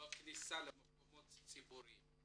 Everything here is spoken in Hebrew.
בכניסה למקומות ציבוריים,